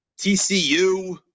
TCU